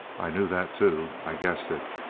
i knew that, too i guessed it.